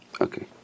Okay